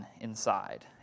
inside